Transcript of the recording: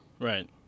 Right